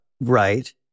right